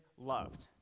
loved